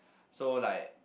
so like